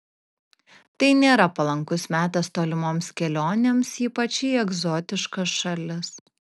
tai nėra palankus metas tolimoms kelionėms ypač į egzotiškas šalis